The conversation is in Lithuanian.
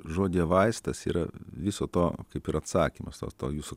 žodyje vaistas yra viso to kaip ir atsakymas jūsų